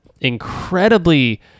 incredibly